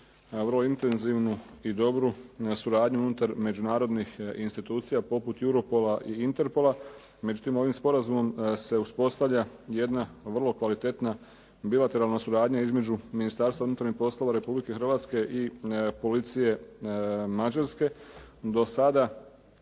vrlo intenzivnu i dobru suradnju unutar međunarodnih institucija poput Juropola i Interpola. Međutim, ovim sporazumom se uspostavlja jedna vrlo kvalitetna bilateralna suradnja između Ministarstva unutarnjih poslova Republike Hrvatske i policije Mađarske.